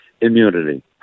immunity